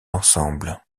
ensemble